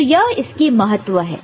तो यह इसकी महत्व है